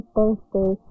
Thursday